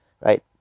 right